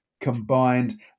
combined